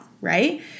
right